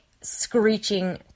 screeching